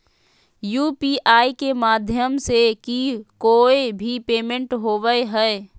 UPI के माध्यम से ही कोय भी पेमेंट होबय हय